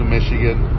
Michigan